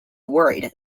worried